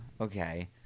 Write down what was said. Okay